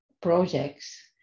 projects